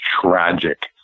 tragic